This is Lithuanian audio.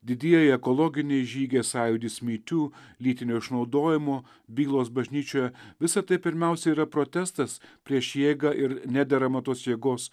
didieji ekologiniai žygiai sąjūdis my tu lytinio išnaudojimo bylos bažnyčioje visa tai pirmiausia yra protestas prieš jėgą ir nederamą tos jėgos